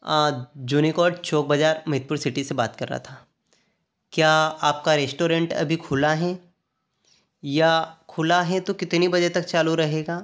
जुनेकॉर्ड चौक बाजार मेतपुर सिटी से बात कर रहा था क्या आपका रेस्टुरेंट अभी खुला है या खुला है तो कितने बजे तक चालू रहेगा